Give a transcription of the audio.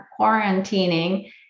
quarantining